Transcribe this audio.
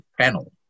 panel